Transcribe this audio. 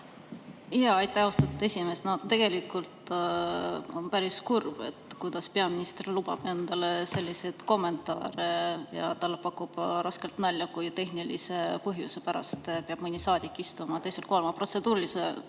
Aitäh, austatud esimees! Tegelikult on päris kurb, et peaminister lubab endale selliseid kommentaare ja talle pakub raskelt nalja, kui tehnilise põhjuse pärast peab mõni saadik istuma teisel kohal. Ma protseduurilises mõttes